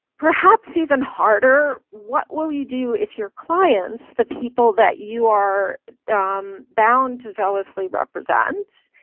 perhaps even harder. what will you do if your clients, the people that you are bound to zealously represent,